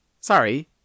sorry